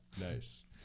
Nice